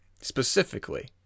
specifically